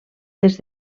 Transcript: des